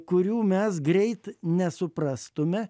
kurių mes greit nesuprastume